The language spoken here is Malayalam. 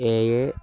ഏഴ്